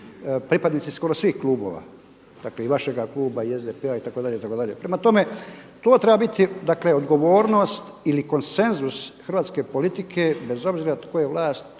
pripadnici skoro svih klubova. Dakle i vašega kluba i SDP-a itd. itd. Prema tome, to treba biti, dakle odgovornost ili konsenzus hrvatske politike bez obzira tko je vlast,